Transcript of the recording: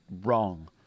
wrong